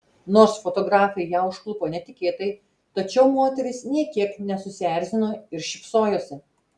nors fotografai ją užklupo netikėtai tačiau moteris nė kiek nesusierzino ir šypsojosi